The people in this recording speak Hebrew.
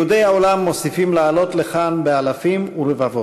יהודי העולם מוסיפים לעלות לכאן באלפים ורבבות.